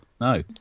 no